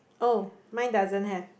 oh mine doesn't have